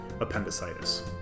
appendicitis